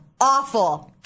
awful